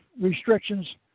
restrictions